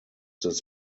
this